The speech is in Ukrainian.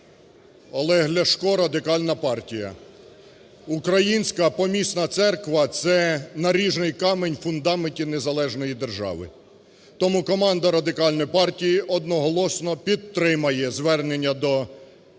Олег Ляшко, Радикальна партія. Українська Помісна Церква – це наріжний камінь фундаментів незалежної держави. Тому команда Радикальної партії одноголосно підтримає звернення до Вселенського